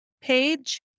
page